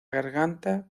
garganta